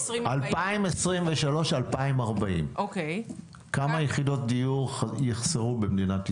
2023 2040, כמה יחידות דיור יחסרו במדינת ישראל?